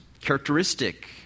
characteristic